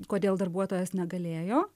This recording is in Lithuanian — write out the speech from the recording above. kodėl darbuotojas negalėjo